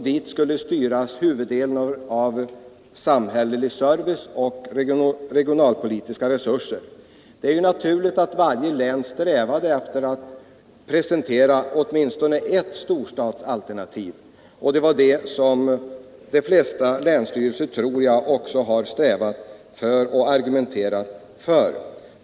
Dit skulle styras huvuddelen av samhällelig service och regionalpolitiska resurser. Det är naturligt att varje län strävade efter att presentera åtminstone ett storstadsalternativ. Det har också de flesta länsstyrelser strävat efter och argumenterat för.